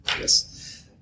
Yes